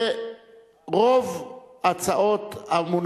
שהצעת חוק שירות קבע בצבא-הגנה לישראל (גמלאות)